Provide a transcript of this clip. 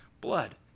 blood